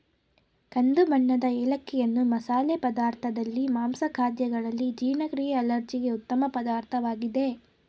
ಕಂದು ಬಣ್ಣದ ಏಲಕ್ಕಿಯನ್ನು ಮಸಾಲೆ ಪದಾರ್ಥದಲ್ಲಿ, ಮಾಂಸ ಖಾದ್ಯಗಳಲ್ಲಿ, ಜೀರ್ಣಕ್ರಿಯೆ ಅಲರ್ಜಿಗೆ ಉತ್ತಮ ಪದಾರ್ಥವಾಗಿದೆ